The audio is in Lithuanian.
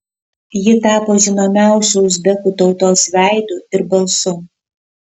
ji tapo žinomiausiu uzbekų tautos veidu ir balsu